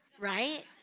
Right